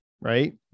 right